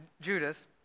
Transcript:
Judas